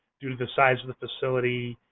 due to the size of the facility